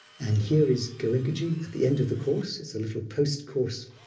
and here is goenkaji at the end of the course, it's a little post-course